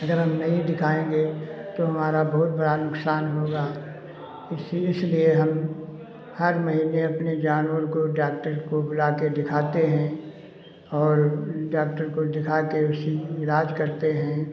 अगर हम नहीं दिखाएँगे तो हमारा बहुत बड़ा नुकसान होगा इसी इसलिए हम हर महीने अपने जानवर को डाक्टर को बुला के दिखाते हैं और ये डाक्टर को दिखा के उसी इलाज करते हैं